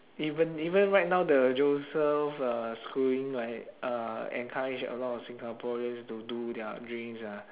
even even right now the joseph uh schooling right uh encourage a lot of singaporeans to do their dreams ah